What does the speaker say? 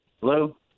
Hello